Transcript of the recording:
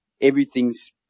everything's